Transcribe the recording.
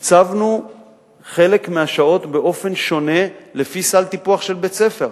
תקצבנו חלק מהשעות באופן שונה לפי סל טיפוח של בית-ספר.